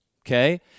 okay